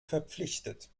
verpflichtet